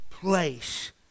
place